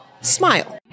smile